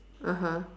(uh huh)